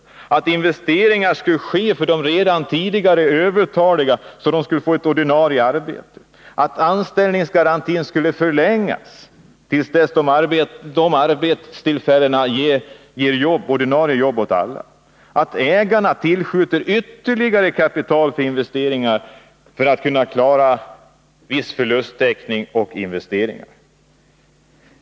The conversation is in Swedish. Facket krävde också att investeringar skulle göras för de redan tidigare övertaliga så att de kunde få ett ordinarie arbete, att anställningsgarantin skulle förlängas till dess att dessa arbetstillfällen ger ordinarie jobb åt alla samt att ägarna skulle tillskjuta ytterligare kapital för att man skulle kunna klara viss förlusttäckning och en del investeringar.